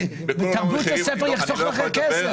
תרבות הספל מהבית תחסוך לכם כסף.